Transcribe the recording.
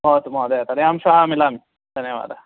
भवतु महोदय तर्हि अहं श्वः मिलामः धन्यवादः